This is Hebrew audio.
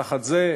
תחת זה,